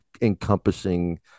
encompassing